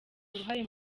uruhare